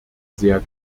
sehr